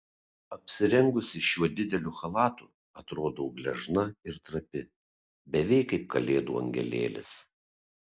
apsirengusi šiuo dideliu chalatu atrodau gležna ir trapi beveik kaip kalėdų angelėlis